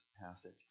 passage